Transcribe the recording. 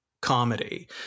comedy